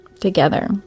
together